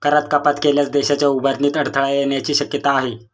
करात कपात केल्यास देशाच्या उभारणीत अडथळा येण्याची शक्यता आहे